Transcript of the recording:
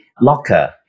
locker